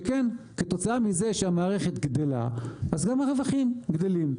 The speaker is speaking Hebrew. שכן כתוצאה מזה שהמערכת גדלה אז גם הרווחים גדלים.